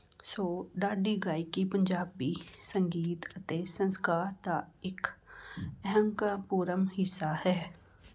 ਸੋ ਢਾਡੀ ਗਾਇਕੀ ਪੰਜਾਬੀ ਸੰਗੀਤ ਅਤੇ ਸੰਸਕਾਰ ਦਾ ਇੱਕ ਅਹਿਮ ਕਾ ਪੂਰਮ ਹਿੱਸਾ ਹੈ